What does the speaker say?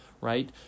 Right